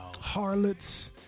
harlots